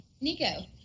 Nico